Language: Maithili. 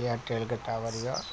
एयरटेलके टावर यऽ